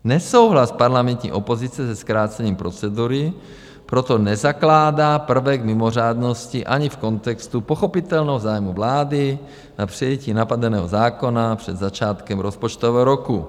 Nesouhlas parlamentní opozice se zkrácením procedury proto nezakládá prvek mimořádnosti ani v kontextu pochopitelného zájmu vlády na přijetí napadeného zákona před začátkem rozpočtového roku.